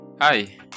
Hi